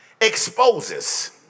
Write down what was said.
exposes